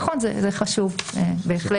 נכון, זה חשוב בהחלט.